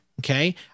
Okay